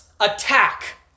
attack